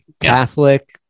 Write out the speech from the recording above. Catholic